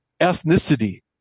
ethnicity